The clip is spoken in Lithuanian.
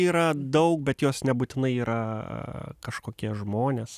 yra daug bet jos nebūtinai yra kažkokie žmonės